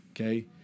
Okay